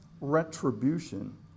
retribution